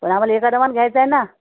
पण आम्हाला एका दमानं घ्यायचंय ना